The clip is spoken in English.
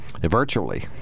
Virtually